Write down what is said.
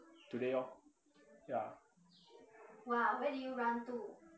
today orh ya